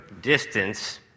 distance